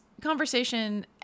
conversation